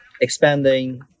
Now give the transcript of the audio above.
expanding